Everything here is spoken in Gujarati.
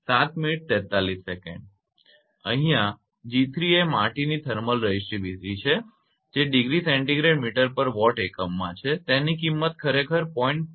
બરાબર અહીંયા 𝑔3 એ માટીની થર્મલ રેઝિટિવિટી છે જે °C mtWatt એકમમાં છે અને તેની કિંમત ખરેખર 0